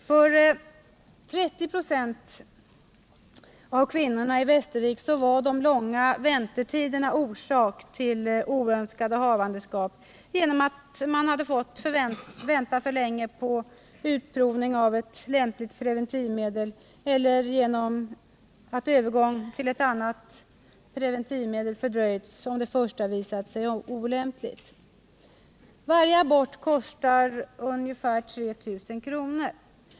För 30 96 av kvinnorna i Västervik var de långa väntetiderna orsak till oönskade havandeskap genom att man fått vänta för länge på utprovning av lämpligt preventivmedel eller genom att övergång till annat preventivmedel fördröjts om det första visat sig olämpligt. Varje abort kostar ca 3 000 kr.